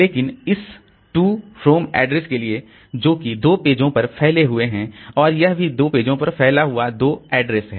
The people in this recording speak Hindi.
लेकिन इस टू फ्रॉम एड्रेस के लिए जोकि दो पेजों पर फैले हुए है और यह भी दो पेजों पर फैला हुआ दो एड्रेस है